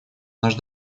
наш